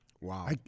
Wow